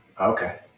Okay